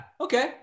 okay